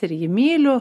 ir jį myliu